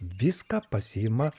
viską pasiima